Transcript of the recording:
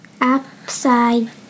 Upside